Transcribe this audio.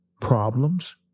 problems